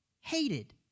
hated